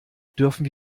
dürfen